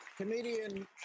Comedian